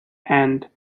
and